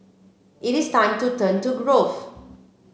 it is time to turn to growth